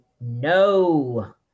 no